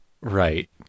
Right